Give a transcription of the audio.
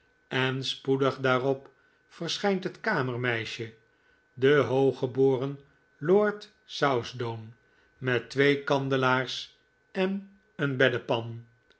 en spoedig daarop verschijnt het kamermeisje de hooggeboren lord southdown met twee kandelaars en een beddepan